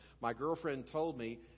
my-girlfriend-told-me